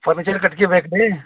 furniture ಕಟ್ಕಿ ಬೇಕು ರೀ